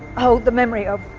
hold the memory of